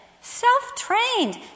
self-trained